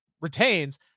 retains